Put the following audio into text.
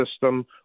system